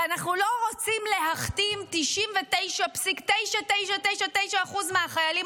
כי אנחנו לא רוצים להכתים 99.99% מהחיילים